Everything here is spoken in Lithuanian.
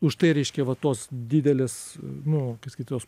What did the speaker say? užtai reiškia va tos didelės nu kaip sakyt jos